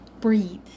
Breathe